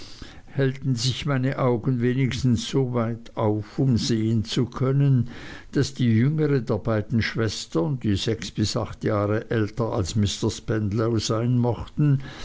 hellten sich meine augen wenigstens so weit auf um sehen zu können daß die jüngere der beiden schwestern die sechs bis acht jahre älter als mr spenlow sein mochten